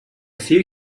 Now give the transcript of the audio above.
few